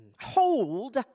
hold